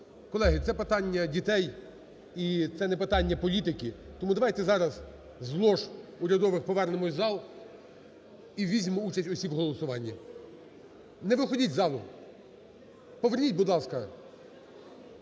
Колеги, це питання дітей і це не питання політики, тому давайте зараз з лож урядових повернемося в зал і візьмемо участь усі в голосуванні. Не виходіть з залу! Поверніть, будь ласка.